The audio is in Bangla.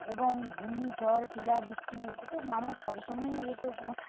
এবং ঘূর্ণিঝড় শিলা বৃষ্টি এটা তো মানুষ সব সময়ই এ তো